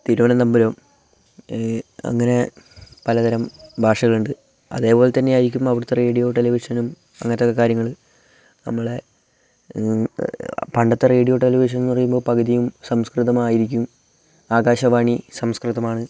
തിരുവനന്തപുരം അങ്ങനെ പലതരം ഭാഷകളുണ്ട് അതേപോലെ തന്നെയായിരിക്കും അവിടുത്തെ റേഡിയോ ടെലിവിഷനും അങ്ങനത്തൊക്കെ കാര്യങ്ങള് നമ്മളെ പണ്ടത്തെ റേഡിയോ ടെലിവിഷനെന്നു പറയുമ്പോള് പകുതിയും സംസ്കൃതമായിരിക്കും ആകാശവാണി സംസ്കൃതമാണ്